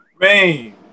Man